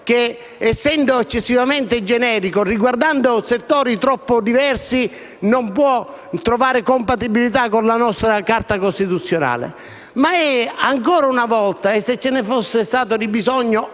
che, essendo eccessivamente generico e riguardando settori troppo diversi, non può trovare compatibilità con la nostra Carta costituzionale, ma ancora una volta - e come se ce ne fosse stato il bisogno